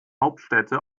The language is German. hauptstädte